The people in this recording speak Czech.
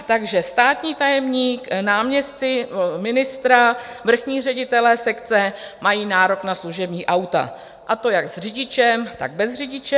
Takže státní tajemník, náměstci ministra, vrchní ředitelé sekce mají nárok na služební auta, a to jak s řidičem, tak bez řidiče.